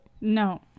no